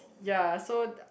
ya so